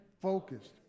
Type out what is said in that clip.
focused